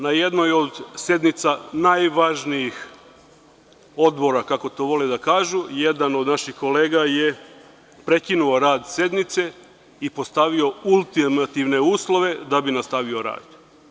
Na jednoj od sednica najvažnijih odbora, kako to vole da kažu, jedan od naših kolega je prekinuo rad sednice i postavio ultimativne uslove da bi nastavio rad.